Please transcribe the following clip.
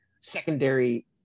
secondary